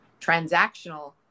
transactional